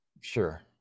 Sure